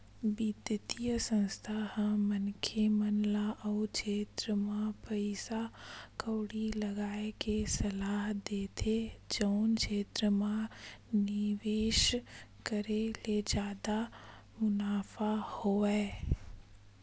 बित्तीय संस्था ह मनखे मन ल ओ छेत्र म पइसा कउड़ी लगाय के सलाह देथे जउन क्षेत्र म निवेस करे ले जादा मुनाफा होवय